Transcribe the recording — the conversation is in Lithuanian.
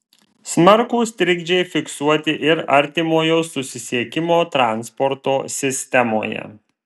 smarkūs trikdžiai fiksuoti ir artimojo susisiekimo transporto sistemoje